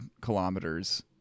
kilometers